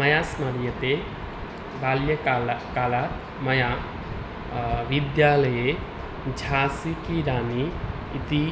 मया स्मर्यते बाल्यकाल कालात् मया विद्यालये झासि कि राणि इति